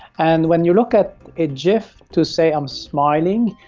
and when you look at a gif to say i'm smiling,